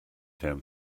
him